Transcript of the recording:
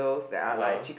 (uh huh)